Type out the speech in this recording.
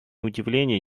удивления